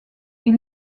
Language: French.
est